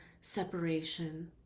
separation